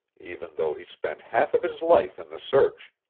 even though he spent half of his life in the search!